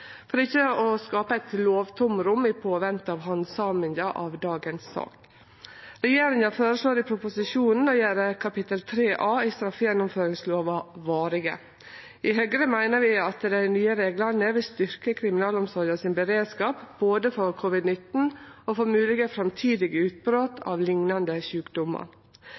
for ikkje å skape eit lovtomrom i tida før handsaminga av dagens sak. Regjeringa føreslår i proposisjonen å gjere kapittel 3 A i straffegjennomføringslova varig. I Høgre meiner vi at dei nye reglane vil styrkje beredskapen i kriminalomsorga både for covid-19 og for moglege framtidige utbrot av liknande sjukdomar.